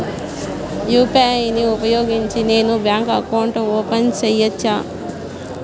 UPI ను ఉపయోగించి నేను బ్యాంకు అకౌంట్ ఓపెన్ సేయొచ్చా?